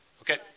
Okay